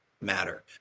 matter